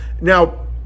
Now